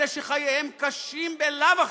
אלה שחייהם קשים בלאו הכי: